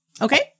Okay